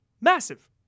massive